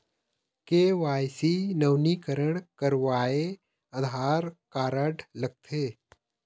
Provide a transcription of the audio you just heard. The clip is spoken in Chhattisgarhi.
के.वाई.सी नवीनीकरण करवाये आधार कारड लगथे?